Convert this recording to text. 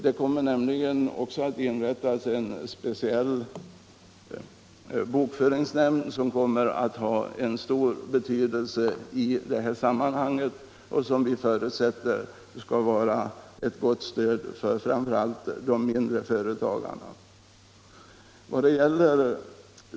Det kommer nämligen också att inrättas en speciell bokföringsnämnd, som får stor betydelse i det här sammanhanget och som vi förutsätter skall vara ett gott stöd framför allt för de mindre företagen.